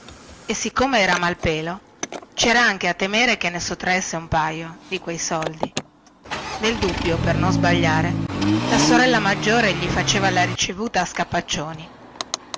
e siccome era malpelo cera anche a temere che ne sottraesse un paio di quei soldi nel dubbio per non sbagliare la sorella maggiore gli faceva la ricevuta a scapaccioni